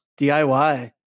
DIY